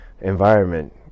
environment